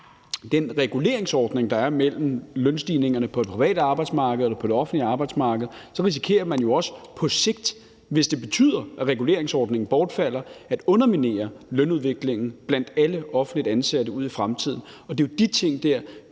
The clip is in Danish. den reguleringsordning, der er mellem lønstigningerne på det private arbejdsmarked og det offentlige arbejdsmarked, så risikerer man jo også på sigt, hvis det betyder, at reguleringsordningen bortfalder, at underminere lønudviklingen blandt alle offentligt ansatte ud i fremtiden. Og det er jo de ting,